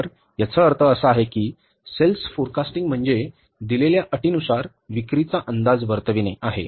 तर याचा अर्थ असा आहे की सेल्स फोरकास्टिंग म्हणजे दिलेल्या अटीनुसार विक्रीचा अंदाज वर्तविणे आहे